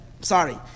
Sorry